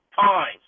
times